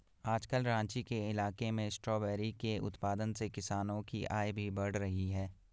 आजकल राँची के इलाके में स्ट्रॉबेरी के उत्पादन से किसानों की आय भी बढ़ रही है